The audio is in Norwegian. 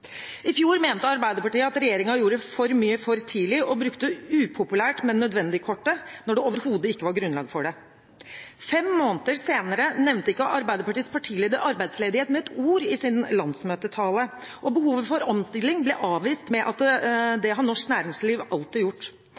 I fjor mente Arbeiderpartiet at regjeringen gjorde for mye for tidlig og brukte «upopulært, men nødvendig»-kortet når det overhodet ikke var grunnlag for det. Fem måneder senere nevnte ikke Arbeiderpartiets partileder arbeidsledighet med ett ord i sin landsmøtetale, og behovet for omstilling ble avvist med at det har norsk næringsliv alltid gjort.